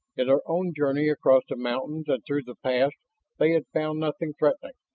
in their own journey across the mountains and through the pass they had found nothing threatening.